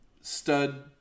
Stud